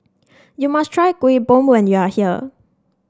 you must try Kuih Bom when you are here